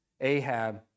Ahab